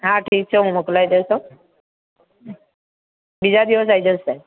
હા ઠીક છે હું મોકલાવી દઇશ હોં બીજા દિવસે આવી જશે સાહેબ